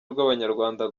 rw’abanyarwanda